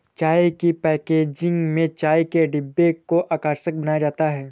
चाय की पैकेजिंग में चाय के डिब्बों को आकर्षक बनाया जाता है